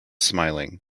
smiling